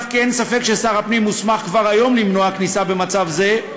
אף כי אין ספק ששר הפנים מוסמך כבר היום למנוע כניסה במצב זה,